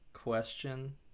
Question